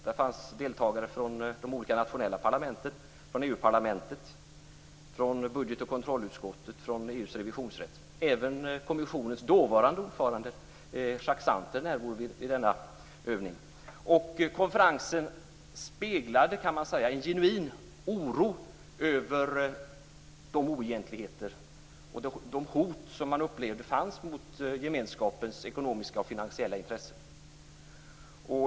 Där fanns deltagare från de olika nationella parlamenten, från EU-parlamentet, från budget och kontrollutskottet och från EU:s revisionsrätt. Även kommissionens dåvarande ordförande Jacques Santer var närvarande vid denna övning. Man kan säga att konferensen speglade en genuin oro över de oegentligheter och de hot som man upplevde fanns mot gemenskapens ekonomiska och finansiella intressen.